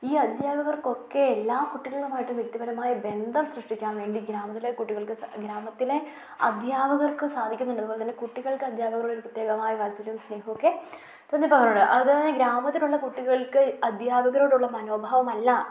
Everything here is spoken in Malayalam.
ഈ അധ്യാപകർക്കൊക്കെ എല്ലാ കുട്ടികളുമായിട്ടും വ്യക്തിപരമായ ബന്ധം സൃഷ്ടിക്കാൻ വേണ്ടി ഗ്രാമത്തിലെ കുട്ടികൾക്ക് ഗ്രാമത്തിലെ അദ്ധ്യാപകർക്ക് സാധിക്കുന്നുണ്ട് അതുപോലെത്തന്നെ കുട്ടികൾക്ക് അധ്യാപകരോട് ഒരു പ്രത്യേകമായ വാത്സല്ല്യവും സ്നേഹം ഒക്കെ അത് ഗ്രാമത്തിലുള്ള കുട്ടികൾക്ക് അധ്യാപകരോടുള്ള മനോഭാവമല്ല